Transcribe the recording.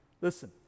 Listen